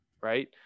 right